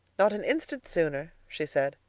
not an instant sooner, she said.